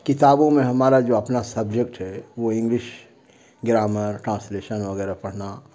کتابوں میں ہمارا جو اپنا سبجیکٹ ہے وہ انگلش گرامر ٹرانسلیشن وغیرہ پڑھنا